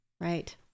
right